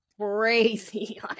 crazy